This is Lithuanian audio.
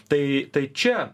tai tai čia